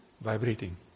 vibrating